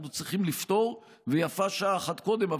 אנחנו צריכים לפתור ויפה שעה אחת קודם.